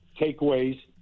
takeaways